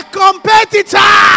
competitor